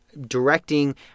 directing